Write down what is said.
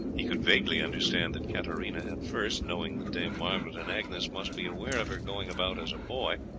he could vaguely understand that katarina at first, knowing that dame margaret and agnes must be aware of her going about as a boy,